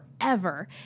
forever